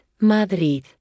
Madrid